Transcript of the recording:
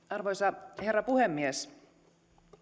arvoisa herra puhemies